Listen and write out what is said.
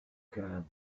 can